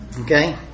Okay